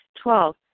Twelve